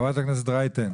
חברת הכנסת רייטן,